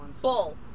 Bull